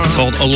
called